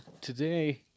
today